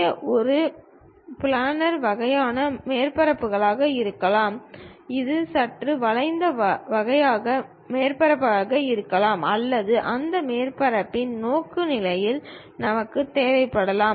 இது ஒரு பிளானர் வகையான மேற்பரப்புகளாக இருக்கலாம் இது சற்று வளைந்த வகையான மேற்பரப்புகளாக இருக்கலாம் அல்லது அந்த மேற்பரப்பின் நோக்குநிலையும் நமக்குத் தேவைப்படலாம்